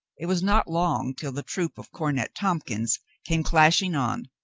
it was not long till the troop of cornet tompkins came clash ing on.